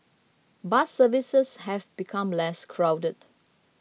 bus services have become less crowded